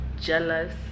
jealous